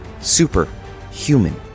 Superhuman